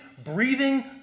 Breathing